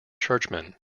churchmen